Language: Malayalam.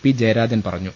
പി ജയരാജൻ പറ ഞ്ഞു